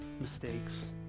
mistakes